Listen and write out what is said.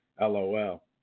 LOL